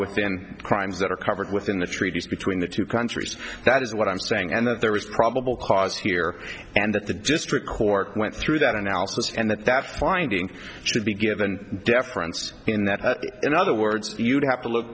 within crimes that are covered within the treaties between the two countries that is what i'm saying and that there was probable cause here and that the district court went through that analysis and that that finding should be given deference in that in other words you'd have to look